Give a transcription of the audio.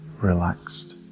relaxed